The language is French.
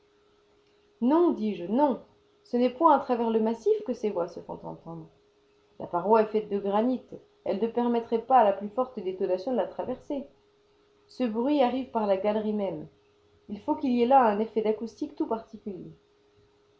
non dis-je non ce n'est point à travers le massif que ces voix se font entendre la paroi est faite de granit elle ne permettrait pas à la plus forte détonation de la traverser ce bruit arrive par la galerie même il faut qu'il y ait là un effet d'acoustique tout particulier